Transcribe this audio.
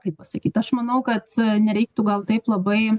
kaip pasakyt aš manau kad nereiktų gal taip labai